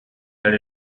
that